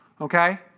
Okay